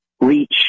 reach